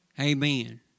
Amen